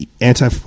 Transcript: anti